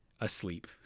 asleep